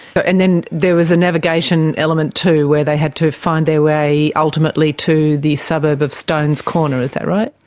but and then there was a navigation element too where they had to find their way ultimately to the suburb of stones corner, is that right?